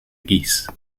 geese